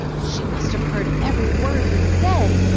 she must have heard every word we said!